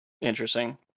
Interesting